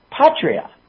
patria